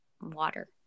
water